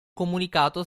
comunicato